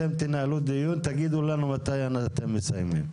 אתם תנהלו דיון ותגידו לנו מתי אתם מסיימים.